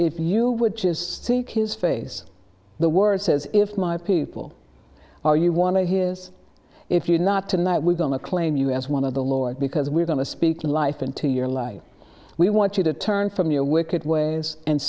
if you would just see his face the word says if my people or you want to hear is if you're not tonight we're going to claim you as one of the lord because we're going to speak life into your life we want you to turn from your wicked ways and